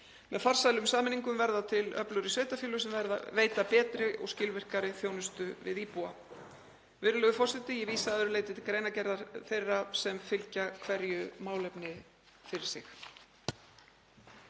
Með farsælum sameiningum verða til öflugri sveitarfélög sem veita betri og skilvirkari þjónustu við íbúa. Virðulegur forseti. Ég vísa að öðru leyti til greinargerða þeirra sem fylgja hverju málefni fyrir sig.